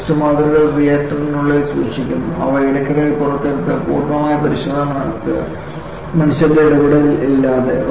test മാതൃകകൾ റിയാക്ടറിനുള്ളിൽ സൂക്ഷിക്കുന്നു അവ ഇടയ്ക്കിടെ പുറത്തെടുത്ത് പൂർണ്ണമായ പരിശോധന നടത്തുക മനുഷ്യരുടെ ഇടപെടൽ ഇല്ലാതെ